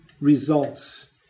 results